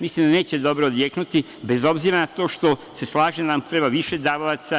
Mislim da neće dobro odjeknuti, bez obzira na to što se slažem da nam treba više davalaca.